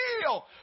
deal